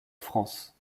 france